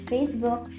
Facebook